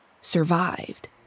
survived